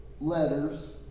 letters